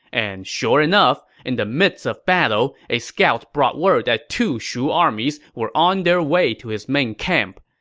and sure enough, in the midst of battle, a scout brought word that two shu armies were on their way to his main camp.